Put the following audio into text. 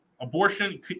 abortion